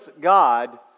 God